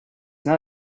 not